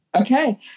okay